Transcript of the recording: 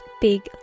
big